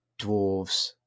dwarves